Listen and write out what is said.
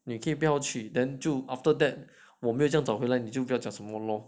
你可以不要去 then after that 我没有这么早回来你就不要讲什么咯